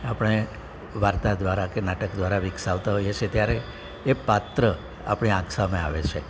આપણે વાર્તા દ્વારા કે નાટક દ્વારા વિકસાવતા હોઈએ છીએ ત્યારે એ પાત્ર આપણી આંખ સામે આવે છે